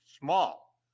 small